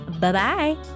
bye-bye